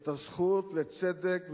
את הזכות לצדק,